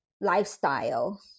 lifestyle